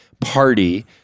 party